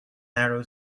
narrow